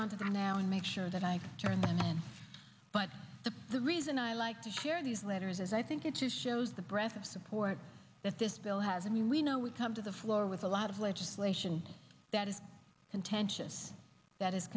on to them now and make sure that i turn but the reason i like to hear these letters as i think it shows the breath of support that this bill has i mean we know we come to the floor with a lot of legislation that is contentious that is